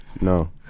No